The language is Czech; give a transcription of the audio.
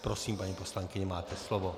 Prosím, paní poslankyně, máte slovo.